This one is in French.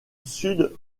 sud